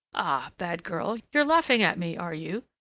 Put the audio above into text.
ah! bad girl, you're laughing at me, are you?